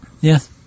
Yes